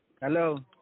Hello